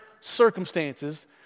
circumstances